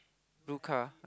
two car